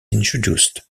introduced